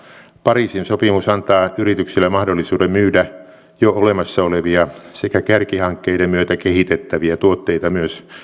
pariisin sopimus antaa yrityksille mahdollisuuden myydä jo olemassa olevia sekä kärkihankkeiden myötä kehitettäviä tuotteita myös